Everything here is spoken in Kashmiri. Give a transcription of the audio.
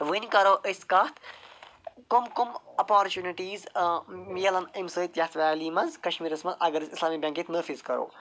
وۅنۍ کَرو أسۍ کَتھ کم کم اَپارچُنِٹیٖز میلان اَمہِ سۭتۍ یَتھ ویلی منٛز کشمیٖرس منٛز اگر أسۍ اِسلامی بینک ییٚتہِ نٲفِظ کَرو